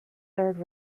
third